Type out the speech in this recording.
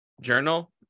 Journal